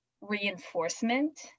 reinforcement